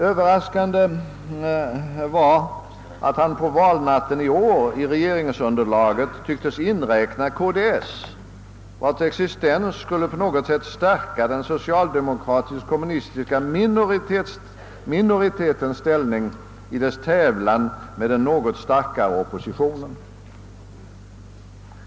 Överraskande var att han på valnatten i år tycktes i regeringsunderlaget inräkna KDS, vars existens på något sätt skulle stärka den socialdemokratisk-kommunistiska minoritetens ställning i dess tävlan med den något starkare oppositionen.